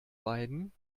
beiden